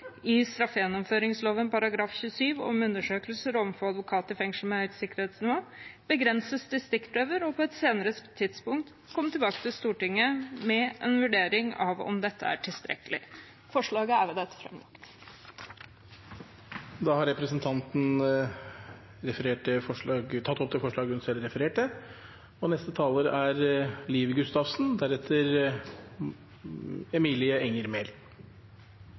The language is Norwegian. i straffegjennomføringsloven § 27, om at undersøkelser overfor advokat i fengsler med høyt sikkerhetsnivå begrenses til stikkprøver, og at regjeringen på et senere tidspunkt kommer tilbake til Stortinget med en vurdering om dette er tilstrekkelig.» Forslaget er herved fremmet. Representanten Maria Aasen-Svensrud har tatt opp det forslaget hun refererte. Først vil jeg takke saksordføreren for et godt samarbeid og